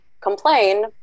complain